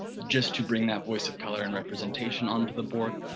just to bring that voice of color and representation onto the board